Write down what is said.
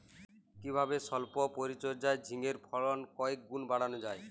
কিভাবে সল্প পরিচর্যায় ঝিঙ্গের ফলন কয়েক গুণ বাড়ানো যায়?